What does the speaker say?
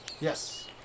yes